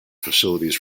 facilities